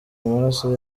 amaraso